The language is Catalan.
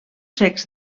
secs